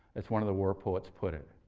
as one of the war poets put it.